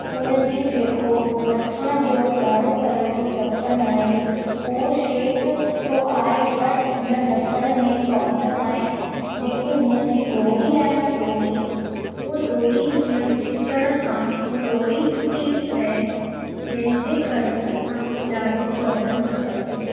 हुन जी जेको मथां जो ॻाढ़ो कलर जो ढकन आहे उहो शेप त सुठो आहे बट हुन ढकनि में प्रॉब्लम आहे जेकी हुन जी डोरी आहे न डोरी उहो डोरी हीअं खिचण सां उहो डोरी टूटी थी पए जंहिंजे करे असांखे ॾाढो प्रॉब्लम थो अचे